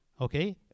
okay